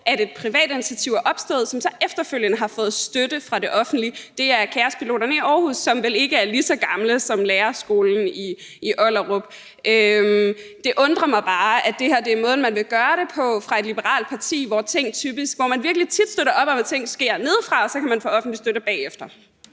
at et privat initiativ er opstået, som så efterfølgende har fået støtte fra det offentlige. Det er KaosPiloterne i Aarhus, som vel ikke er lige så gammel som Den Frie Lærerskole i Ollerup. Det undrer mig bare, at det her er måden, man vil gøre det på fra et liberalt partis side, hvor man virkelig tit støtter op om, at ting sker nedefra, og at de så kan få offentlig støtte bagefter.